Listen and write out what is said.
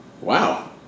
Wow